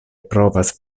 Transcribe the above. provas